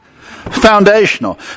foundational